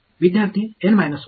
विद्यार्थी N - 1